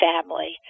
family